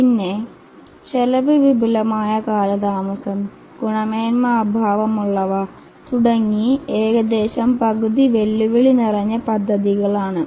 പിന്നെ ചെലവ് വിപുലമായ കാലതാമസം ഗുണമേൻമ അഭാവമുള്ളവ തുടങ്ങി ഏകദേശം പകുതി വെല്ലുവിളി നിറഞ്ഞ പദ്ധതികൾ ആണ്